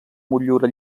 motllura